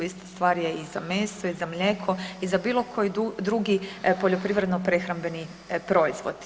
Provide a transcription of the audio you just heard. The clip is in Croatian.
Ista stvar je i za meso i za mlijeko i za bilo koji drugi poljoprivredno-prehrambeni proizvod.